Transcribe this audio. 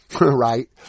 right